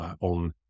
on